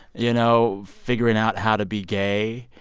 you know, figuring out how to be gay,